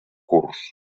curs